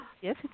Yes